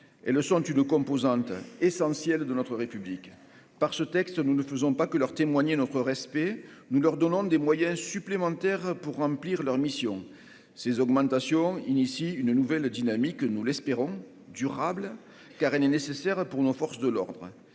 le sont une composante essentielle de notre République, par ce texte, nous ne faisons pas que leur témoigner notre respect, nous leur donnons des moyens supplémentaires pour remplir leur mission, ces augmentations initie une nouvelle dynamique que nous l'espérons, durable, car elle est nécessaire pour nos forces de l'ordre,